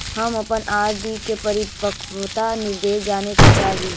हम अपन आर.डी के परिपक्वता निर्देश जाने के चाह ही